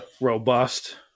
robust